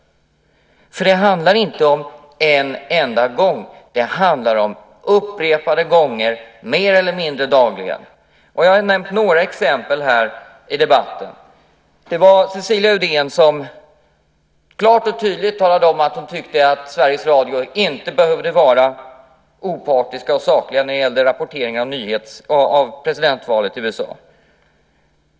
Det handlar inte om en enda gång. Det handlar om upprepade gånger mer eller mindre dagligen. Jag har nämnt några exempel här i debatten. Det var Cecilia Uddén som klart och tydligt talade om att hon tyckte att Sveriges Radio inte behövde vara opartiska och sakliga när det gällde rapporteringen av presidentvalet i USA.